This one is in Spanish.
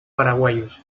paraguayos